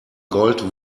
gold